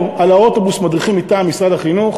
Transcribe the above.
המדריכים מטעם משרד החינוך